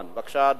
בבקשה, דב.